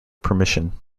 permission